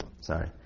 sorry